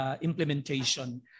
implementation